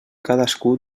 cadascú